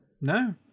No